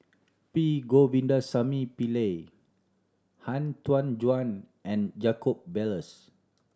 P Govindasamy Pillai Han Tan Juan and Jacob Ballas